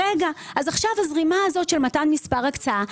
עכשיו הזרימה הזאת של מתן מספר הקצאה,